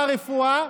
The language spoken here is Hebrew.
מה הרפואה?